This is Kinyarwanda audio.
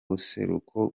buseruko